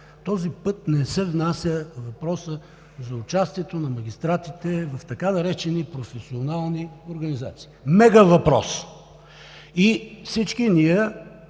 пред нас, не се поставя въпросът за участието на магистратите в така наречените професионални организации. Мега въпрос! Всички ние